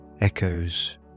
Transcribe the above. echoes